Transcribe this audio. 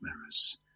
mirrors